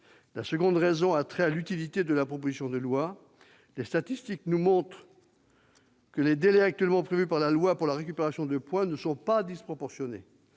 La seconde raison a trait à l'utilité de la proposition de loi. Les statistiques nous montrent que les délais actuellement prévus pour la récupération de points ne sont pas disproportionnés.